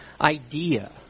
idea